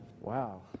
Wow